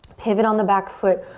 pivot on the back foot.